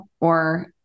or-